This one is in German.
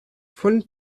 von